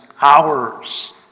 hours